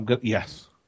Yes